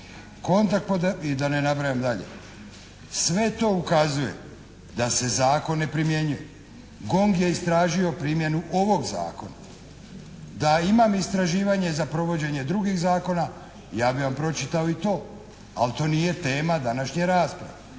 Kontakt …" i da ne nabrajam dalje. Sve to ukazuje da se zakon ne primjenjuje. GONG je istražio primjenu ovog zakona. Da imam istraživanje za provođenje drugih zakona ja bih vam pročitao i to, ali to nije tema današnje rasprave.